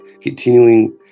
continuing